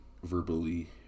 verbally